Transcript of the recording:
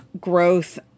growth